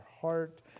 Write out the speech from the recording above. heart